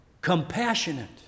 Compassionate